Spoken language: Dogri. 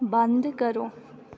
बंद करो